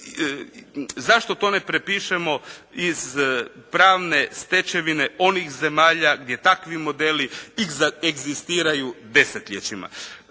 zašto to ne prepišemo iz pravne stečevine onih zemalja gdje takvi modeli egzistiraju stoljećima.